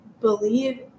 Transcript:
believe